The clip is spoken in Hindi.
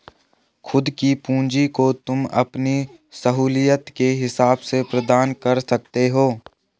खुद की पूंजी को तुम अपनी सहूलियत के हिसाब से प्रदान कर सकते हो